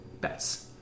bets